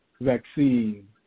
vaccine